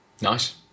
Nice